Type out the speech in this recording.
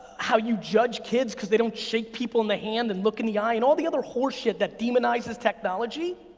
how you judge kids, cause they don't shake people in the hand and look in the eye, and all the other horse shit that demonizes technology,